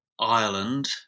ireland